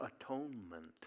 atonement